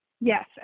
yes